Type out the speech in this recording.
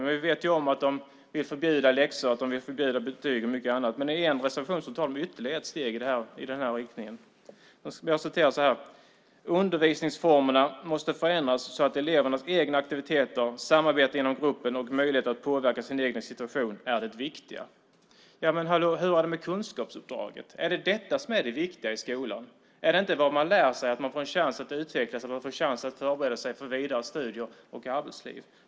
Men vi vet också att de vill förbjuda läxor, betyg och mycket annat. I en reservation tar de ytterligare ett steg i den riktningen. Man säger: Undervisningsformerna måste förändras så att elevernas egna aktiviteter, samarbete inom gruppen och möjligheter att påverka sin egen situation är det viktiga. Men hallå, hur är det med kunskapsuppdraget? Är det detta som är det viktiga i skolan? Är det inte vad man lär sig, att man får en chans att utveckla sig och förbereda sig för vidare studier och arbetsliv?